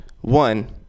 One